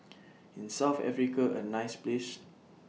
IS South Africa A nice Place